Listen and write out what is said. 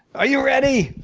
are you ready?